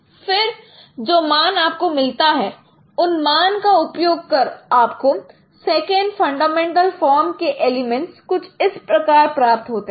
फिर जो मान आपको मिलता है उन मान का उपयोग कर आप को सेकंड फंडामेंटल फॉर्म के एलिमेंट्स कुछ इस प्रकार प्राप्त होते हैं